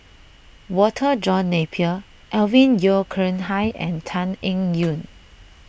Walter John Napier Alvin Yeo Khirn Hai and Tan Eng Yoon